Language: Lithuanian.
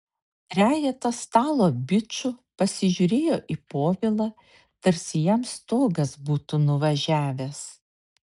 trejetas stalo bičų pasižiūrėjo į povilą tarsi jam stogas būtų nuvažiavęs